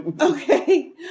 Okay